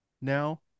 now